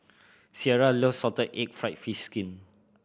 Cierra loves salted egg fried fish skin